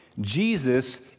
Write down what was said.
Jesus